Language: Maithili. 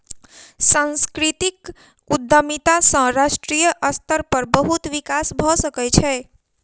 सांस्कृतिक उद्यमिता सॅ राष्ट्रीय स्तर पर बहुत विकास भ सकै छै